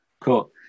cool